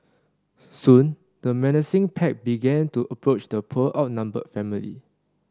soon the menacing pack began to approach the poor outnumbered family